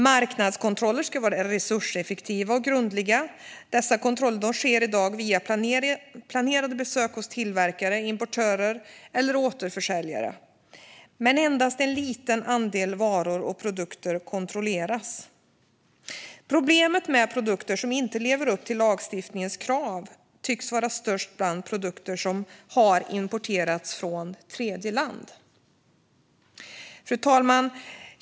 Marknadskontroller ska vara resurseffektiva och grundliga. Dessa kontroller sker i dag via planerade besök hos tillverkare, importörer eller återförsäljare, men endast en liten andel varor och produkter kontrolleras. Problemet med produkter som inte lever upp till lagstiftningens krav tycks vara störst bland produkter som har importerats från tredjeland. Fru talman!